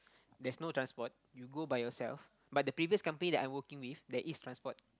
there's no transport you go by yourself but the previous company I working with there is transport